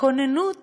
הכוננות